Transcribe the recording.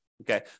okay